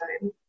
time